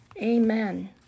Amen